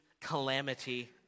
calamity